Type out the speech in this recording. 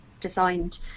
designed